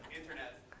Internet